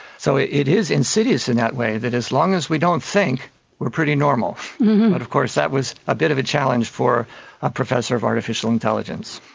so it it is insidious in that way, that as long as we don't think we are pretty normal. but of course that was a bit of a challenge for a professor of artificial intelligence.